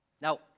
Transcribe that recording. Now